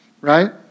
right